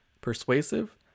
persuasive